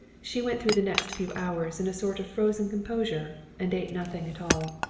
she went through the next few hours in a sort of frozen composure and ate nothing at all.